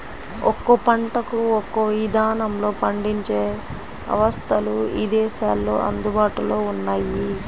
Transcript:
ఒక్కో పంటకు ఒక్కో ఇదానంలో పండించే అవస్థలు ఇదేశాల్లో అందుబాటులో ఉన్నయ్యి